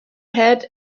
had